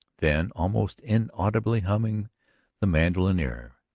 then, almost inaudibly humming the mandolin air,